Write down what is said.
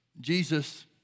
Jesus